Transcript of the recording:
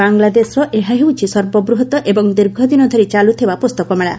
ବାଂଲାଦେଶର ଏହା ହେଉଛି ସର୍ବବୃହତ୍ ଏବଂ ଦୀର୍ଘଦିନ ଧରି ଚାଲୁଥିବା ପୁସ୍ତକ ମେଳା